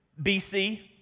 BC